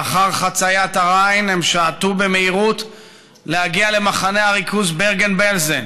לאחר חציית הריין הם שעטו במהירות להגיע למחנה הריכוז ברגן בלזן